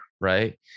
right